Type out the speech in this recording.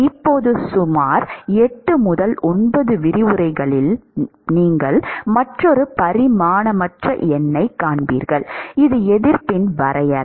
இப்போது இருந்து சுமார் 8 முதல் 9 விரிவுரைகளில் நீங்கள் மற்றொரு பரிமாணமற்ற எண்ணைக் காண்பீர்கள் இது எதிர்ப்பின் வரையறை